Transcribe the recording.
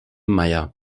meier